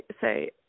say